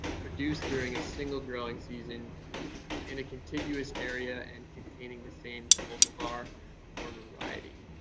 produced during a single growing season in a continuous area and containing the same cultivar or variety.